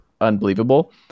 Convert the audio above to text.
unbelievable